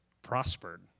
prospered